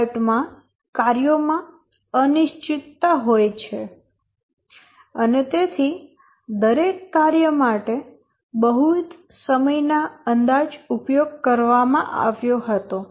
PERT chart માં કાર્યો માં અનિશ્ચિતતા હોય છે અને તેથી દરેક કાર્ય માટે બહુવિધ સમય ના અંદાજ ઉપયોગ કરવામાં આવ્યો હતો